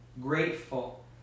grateful